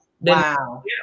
Wow